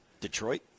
Detroit